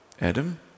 Adam